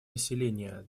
населения